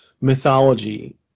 mythology